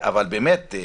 אבל באמת,